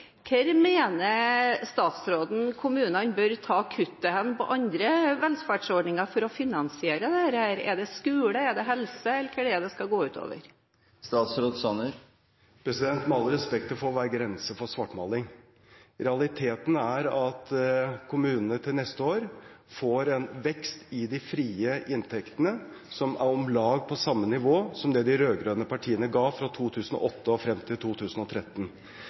Hvor mener statsråden kommunene bør ta kuttet på andre velferdsordninger for å finansiere dette – er det skole, er det helse, eller hva er det det skal gå ut over? Med all respekt – det får være grenser for svartmaling. Realiteten er at kommunene til neste år får en vekst i de frie inntektene om lag på samme nivå som de rød-grønne partiene ga fra 2008 og frem til 2013.